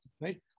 right